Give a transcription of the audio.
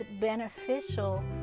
beneficial